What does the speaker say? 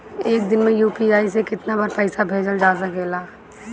एक दिन में यू.पी.आई से केतना बार पइसा भेजल जा सकेला?